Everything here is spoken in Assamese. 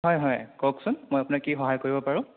হয় হয় কওকচোন মই আপোনাক কি সহায় কৰিব পাৰোঁ